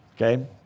Okay